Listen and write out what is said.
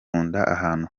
ahantu